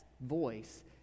voice